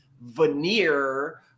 veneer